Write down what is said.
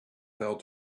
fell